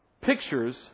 pictures